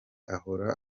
ahora